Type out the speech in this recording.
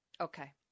Okay